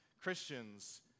Christians